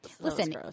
listen